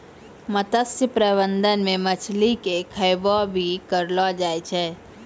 मत्स्य प्रबंधन मे मछली के खैबो भी करलो जाय